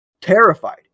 terrified